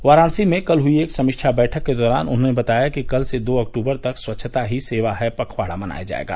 वाराणसी में कल हुई एक समीक्षा वैठक के दौरान उन्होंने बताया कि कल से दो अक्टूबर तक स्वच्छता ही सेवा है पखवाड़ा मनाया जायेगा